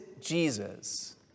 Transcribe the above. Jesus